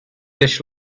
dish